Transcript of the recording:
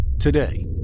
Today